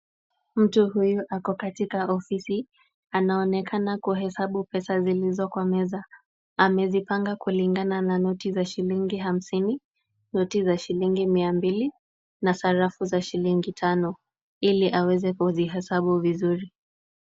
Mtu huyu ako katika ofisi. Anaonekana kuhesabu pesa zilizo kwa meza. Amezipanga kulingana na noti za shilingi hamsini, noti za shilingi mia mbili na sarafu za shilingi tano, ili aweze kuzihesabu vizuri.